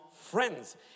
friends